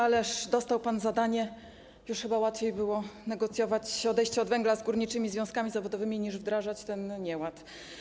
Ależ dostał pan zadanie, już chyba łatwiej było negocjować odejście od węgla z górniczymi związkami zawodowymi, niż wdrażać ten nieład.